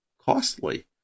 costly